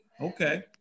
Okay